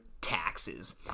taxes